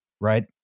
right